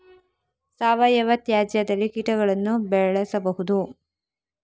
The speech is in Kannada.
ಸಾವಯವ ತ್ಯಾಜ್ಯದಲ್ಲಿ ಕೀಟಗಳನ್ನು ಬೆಳೆಸಬಹುದು